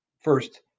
First